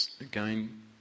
Again